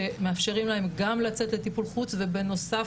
שמאפשרים להם גם לצאת לטיפול חוץ ובנוסף